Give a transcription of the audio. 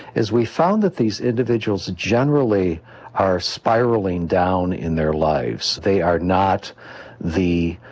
is we found that these individuals generally are spiralling down in their lives they are not the,